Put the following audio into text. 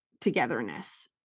togetherness